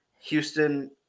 Houston